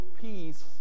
peace